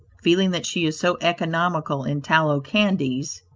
feeling that she is so economical in tallow candies,